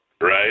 Right